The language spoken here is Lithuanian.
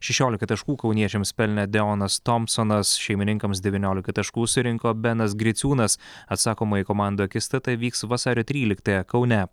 šešiolika taškų kauniečiams pelnė deonas tomsonas šeimininkams devyniolika taškų surinko benas griciūnas atsakomoji komandų akistata vyks vasario tryliktąją kaune